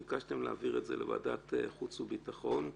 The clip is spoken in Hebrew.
ביקשתם להעביר את זה לוועדת חוץ וביטחון,